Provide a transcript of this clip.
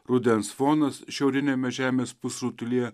rudens fonas šiauriniame žemės pusrutulyje